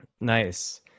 Nice